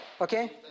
Okay